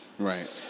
Right